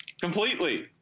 completely